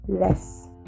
less